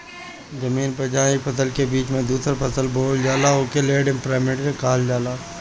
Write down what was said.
जमीन पर जहां एक फसल के बीच में दूसरा फसल बोवल जाला ओके लैंड इमप्रिन्टर कहल जाला